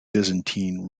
byzantine